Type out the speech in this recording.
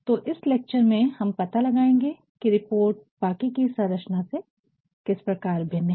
तो इस लेक्चर में हम पता लगाएंगे कि रिपोर्ट बाकि की संरचना से किस प्रकार भिन्न है